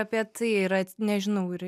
apie tai yra nežinau ir